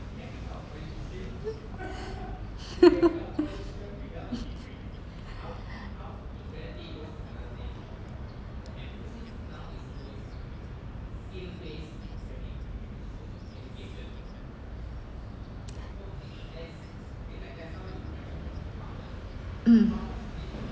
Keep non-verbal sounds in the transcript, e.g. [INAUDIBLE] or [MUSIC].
[LAUGHS] [COUGHS]